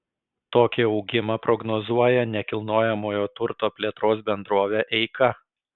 tokį augimą prognozuoja nekilnojamojo turto plėtros bendrovė eika